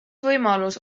võimalus